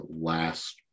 last